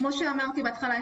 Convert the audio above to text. כמו שאמרתי בהתחלה,